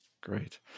Great